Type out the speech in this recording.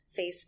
Facebook